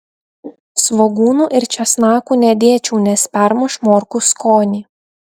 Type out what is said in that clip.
svogūnų ir česnakų nedėčiau nes permuš morkų skonį